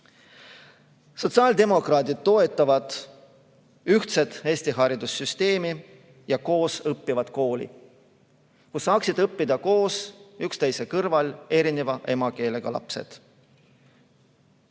Sotsiaaldemokraadid toetavad ühtset Eesti haridussüsteemi ja koosõppivat kooli, kus saaksid õppida koos üksteise kõrval erineva emakeelega lapsed,